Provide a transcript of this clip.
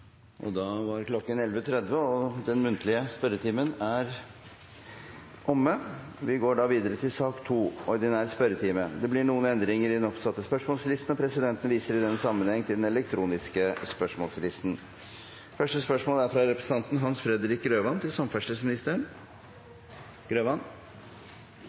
Da er klokken 11.30, og den muntlige spørretimen er omme. Det blir noen endringer i den oppsatte spørsmålslisten, og presidenten viser i den sammenheng til den elektroniske spørsmålslisten. De foreslåtte endringene i dagens spørretime foreslås godkjent. – Det anses vedtatt. Endringene var som følger: Spørsmål 4, fra representanten Marit Nybakk til